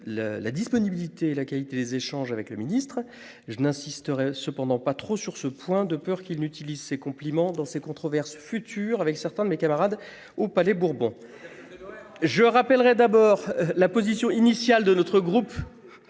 la disponibilité et la qualité des échanges avec le ministre, je n'insisterai cependant pas trop sur ce point, de peur qu'ils n'utilisent ces compliments dans ces controverses futur avec certains de mes camarades au Palais Bourbon. Je rappellerai d'abord la position initiale de notre groupe.